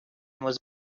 was